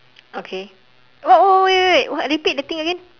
okay what what wait wait what repeat the thing again